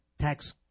tax